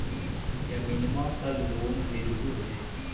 जमीनवा पर लोन लेलहु हे?